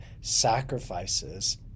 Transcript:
sacrifices